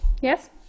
Yes